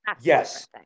Yes